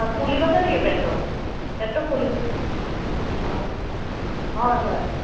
অ ফুলি গৈছে নেকি পেটটো পেটটো ফুলি অ হয় হয়